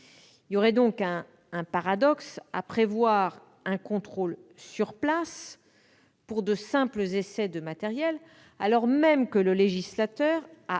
Il y aurait donc un paradoxe à prévoir un contrôle sur place pour de simples essais de matériel, alors même que le législateur a